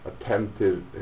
attempted